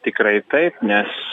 tikrai taip nes